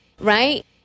Right